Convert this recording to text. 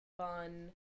fun